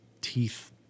teeth